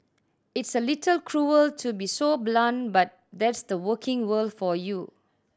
i's a little cruel to be so blunt but that's the working world for you